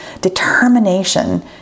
determination